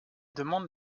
demande